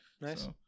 Nice